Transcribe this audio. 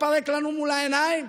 תתפרק לנו מול העיניים?